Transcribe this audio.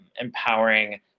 empowering